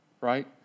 right